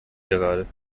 gerade